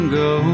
go